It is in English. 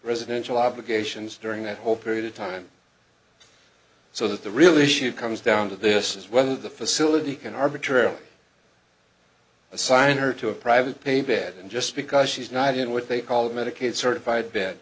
residential obligations during that whole period of time so that the real issue comes down to this is whether the facility can arbitrarily assign her to a private pay bed and just because she's not in what they call a medicaid certified b